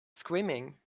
screaming